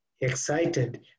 excited